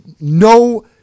no